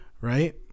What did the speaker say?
right